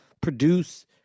produce